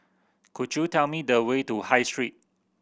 could you tell me the way to High Street